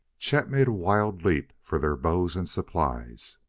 chet made a wild leap for their bows and supplies.